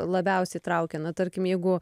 labiausiai traukia na tarkim jeigu